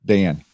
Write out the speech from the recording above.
Dan